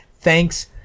Thanks